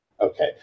Okay